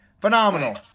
phenomenal